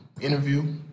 interview